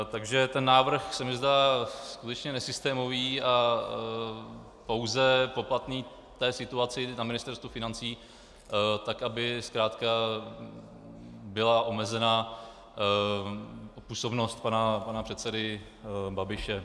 Takže ten návrh se mi zdá skutečně nesystémový a pouze poplatný situaci na Ministerstvu financí, tak aby zkrátka byla omezena působnost pana předsedy Babiše.